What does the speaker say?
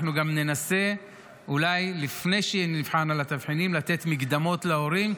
אנחנו גם ננסה אולי לפני שנבחן את התבחינים לתת מקדמות להורים,